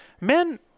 Men –